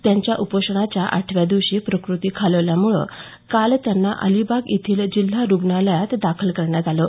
त्यांच्या उपोषणाच्या आठव्या दिवशी प्रकृती खालावल्यामुळे काल त्यांना अलिबाग येथील जिल्हा रूग्णालयात दाखल करण्यात आलं आहे